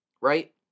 right